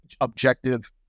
objective